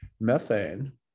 Methane